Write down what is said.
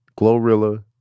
Glorilla